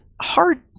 hard